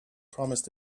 promised